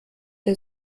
der